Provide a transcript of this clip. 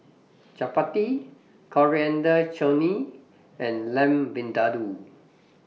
Chapati Coriander Chutney and Lamb Vindaloo